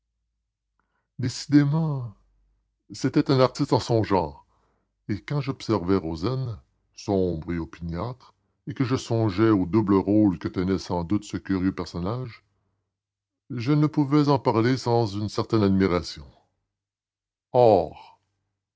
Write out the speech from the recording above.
décidément c'était un artiste en son genre et quand j'observais rozaine sombre et opiniâtre et que je songeais au double rôle que tenait sans doute ce curieux personnage je ne pouvais en parler sans une certaine admiration or